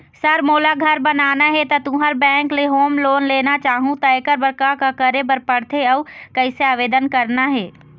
Sir मोला घर बनाना हे ता तुंहर बैंक ले होम लोन लेना चाहूँ ता एकर बर का का करे बर पड़थे अउ कइसे आवेदन करना हे?